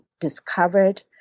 discovered